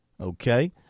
okay